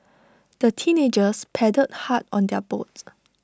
the teenagers paddled hard on their boats